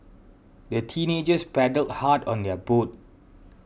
the teenagers paddled hard on their boat